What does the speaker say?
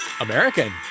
American